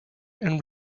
and